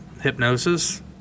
hypnosis